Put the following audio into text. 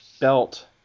belt